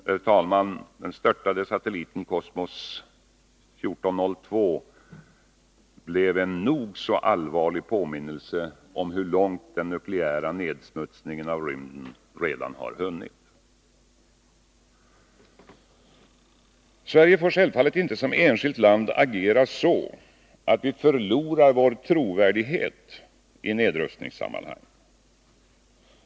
Den störtande satelliten Kosmos 1402 blev en nog så allvarlig påminnelse om hur långt den nukleära nedsmutsningen av rymden redan har hunnit. Sverige får självfallet inte som enskilt land agera så, att vi förlorar vår trovärdighet i nedrustningssammanhang.